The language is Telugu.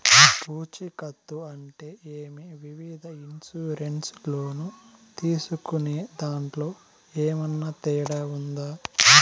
పూచికత్తు అంటే ఏమి? వివిధ ఇన్సూరెన్సు లోను తీసుకునేదాంట్లో ఏమన్నా తేడా ఉందా?